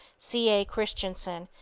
c a. christensen,